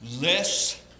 less